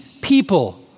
people